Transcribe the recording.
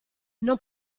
non